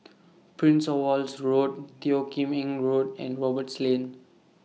Prince of Wales Road Teo Kim Eng Road and Roberts Lane